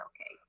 okay